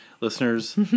listeners